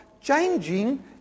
changing